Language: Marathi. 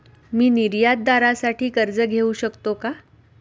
मी निर्यातदारासाठी कर्ज घेऊ शकतो का?